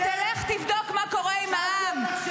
לך תבדוק מה קורה עם העם.